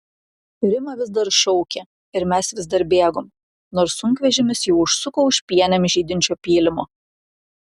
rima vis dar šaukė ir mes vis dar bėgom nors sunkvežimis jau užsuko už pienėm žydinčio pylimo